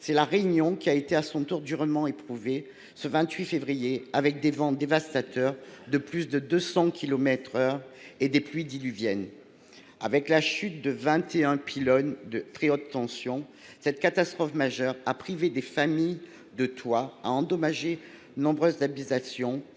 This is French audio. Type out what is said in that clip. c’est La Réunion qui a été à son tour durement éprouvée ce 28 février, avec des vents dévastateurs de plus de 200 kilomètres heure et des pluies diluviennes. Avec la chute de 21 pylônes de très haute tension, cette catastrophe majeure a privé des familles de toit et a endommagé de nombreuses habitations.